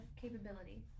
capability